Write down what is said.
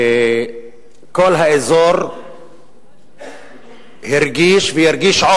כל האזור הרגיש, ועוד ירגיש,